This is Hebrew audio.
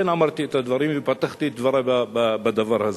לכן אמרתי את הדברים ופתחתי את דברי בדבר הזה.